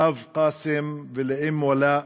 את האב קאסם והאם ולאא,